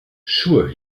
sure